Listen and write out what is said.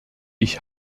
ich